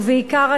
ובעיקר,